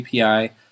API